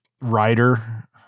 writer